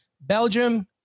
Belgium